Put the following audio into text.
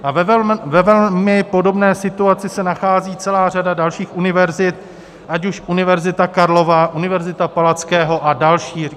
A ve velmi podobné situaci se nachází celá řada dalších univerzit, ať už Univerzita Karlova, Univerzita Palackého a další.